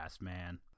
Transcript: man